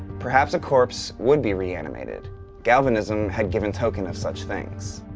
perhaps a corpse would be re-animated galvanism had given token of such things.